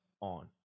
on